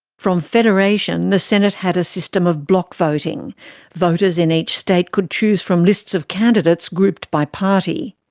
from federation, the senate had a system of block voting voters in each state could choose from lists of candidates grouped by party.